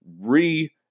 re-